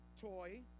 Toy